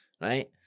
right